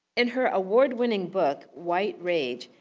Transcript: in her award-winning book, white rage,